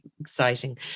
exciting